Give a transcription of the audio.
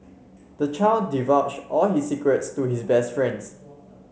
the child divulged all his secrets to his best friends